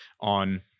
on